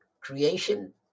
creation